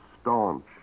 staunch